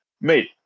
Mate